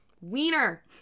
Wiener